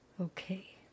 Okay